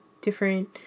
different